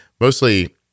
mostly